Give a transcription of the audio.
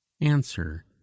answer